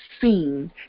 seen